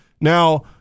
Now